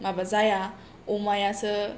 माबा जाया अमायासो